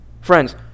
Friends